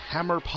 Hammer